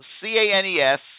C-A-N-E-S